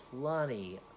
plenty